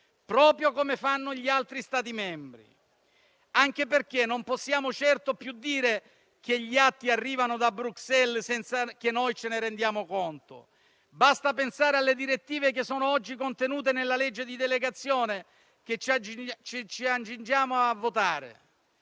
proprio come fanno gli altri Stati membri, anche perché non possiamo certo più dire che gli atti arrivano da Bruxelles senza che ce ne rendiamo conto: basti pensare alle direttive oggi contenute nel disegno di delegazione e che ci accingiamo a votare.